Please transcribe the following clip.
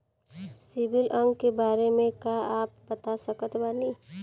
CIBIL अंक के बारे मे का आप बता सकत बानी?